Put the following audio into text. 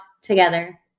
together